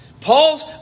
Paul's